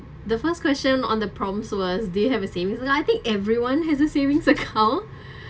the first question on the problems was do you have a savings life I think everyone has a savings account